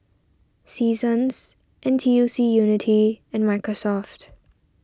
Seasons N T U C Unity and Microsoft